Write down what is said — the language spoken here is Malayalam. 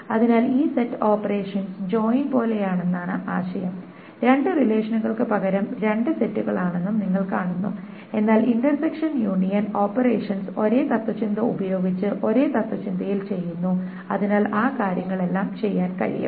അതിനാൽ ഈ സെറ്റ് ഓപ്പറേഷൻസ് ജോയിൻ പോലെയാണെന്നും ആശയം രണ്ട് റിലേഷനുകൾക്ക് പകരം രണ്ട് സെറ്റുകളാണെന്നും നിങ്ങൾ കാണുന്നു എന്നാൽ ഇന്റർസെക്ഷൻ യൂണിയൻ ഓപ്പറേഷൻസ് ഒരേ തത്ത്വചിന്ത ഉപയോഗിച്ച് ഒരേ തത്ത്വചിന്തയിൽ ചെയ്യുന്നു അതിനാൽ ആ കാര്യങ്ങൾ എല്ലാം ചെയ്യാൻ കഴിയും